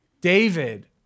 David